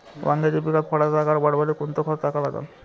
वांग्याच्या पिकात फळाचा आकार वाढवाले कोनचं खत टाका लागन?